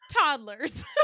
toddlers